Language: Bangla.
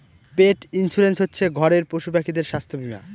পেট ইন্সুরেন্স হচ্ছে ঘরের পশুপাখিদের স্বাস্থ্য বীমা